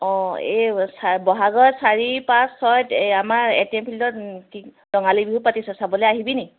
অঁ এই বহাগৰ চাৰি পাঁচ ছয় আমাৰ এ টি এম ফিল্ড কি ৰঙালী বিহু পাতিছোঁ চাব আহিবি নি